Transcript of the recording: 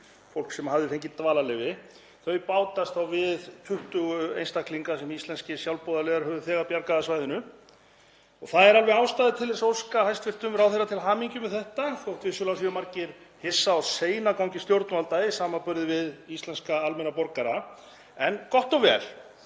fólks sem hafði fengið dvalarleyfi. Þau bætast þá við 20 einstaklinga sem íslenskir sjálfboðaliðar höfðu þegar bjargað af svæðinu. Það er alveg ástæða til að óska hæstv. ráðherra til hamingju með þetta þótt vissulega séu margir hissa á seinagangi stjórnvalda í samanburði við íslenska almennra borgara. En gott og vel.